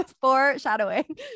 foreshadowing